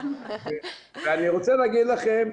אני רוצה להגיד לכם,